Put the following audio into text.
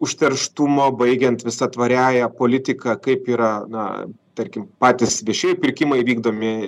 užterštumo baigiant visa tvariąja politika kaip yra na tarkim patys viešieji pirkimai vykdomi